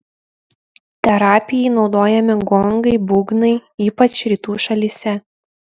terapijai naudojami gongai būgnai ypač rytų šalyse